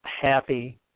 Happy